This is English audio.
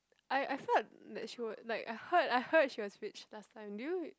I I feel like that she would like I heard I heard she was rich last time do you